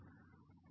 ছাত্র হ্যাঁ